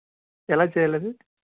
ఎలా చేయాలి అది